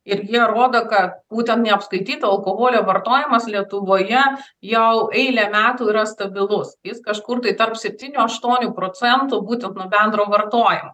ir jie rodo kad būtent neapskaityto alkoholio vartojimas lietuvoje jau eilę metų yra stabilus jis kažkur tarp septynių aštuonių procentų būtent bendro vartojimo